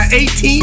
18